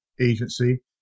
agency